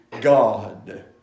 God